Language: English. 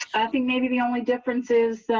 i think maybe the only difference is